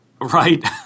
right